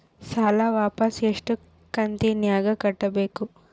ಸಾಲ ವಾಪಸ್ ಎಷ್ಟು ಕಂತಿನ್ಯಾಗ ಕಟ್ಟಬೇಕು?